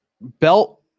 Belt